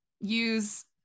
use